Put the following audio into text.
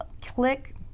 click